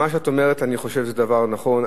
מה שאת אומרת, אני חושב שזה דבר נכון.